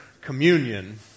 Communion